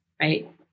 Right